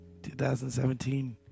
2017